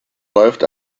läuft